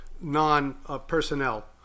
non-personnel